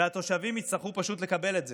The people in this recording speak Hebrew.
והתושבים יצטרכו פשוט לקבל את זה,